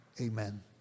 Amen